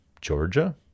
Georgia